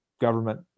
government